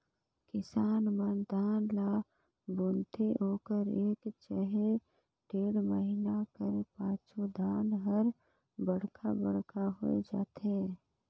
किसान मन धान ल बुनथे ओकर एक चहे डेढ़ महिना कर पाछू धान हर बड़खा बड़खा होए जाथे